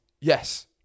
yes